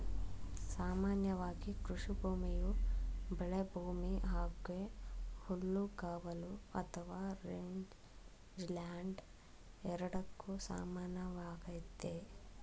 ಸಾಮಾನ್ಯವಾಗಿ ಕೃಷಿಭೂಮಿಯು ಬೆಳೆಭೂಮಿ ಹಾಗೆ ಹುಲ್ಲುಗಾವಲು ಅಥವಾ ರೇಂಜ್ಲ್ಯಾಂಡ್ ಎರಡಕ್ಕೂ ಸಮಾನವಾಗೈತೆ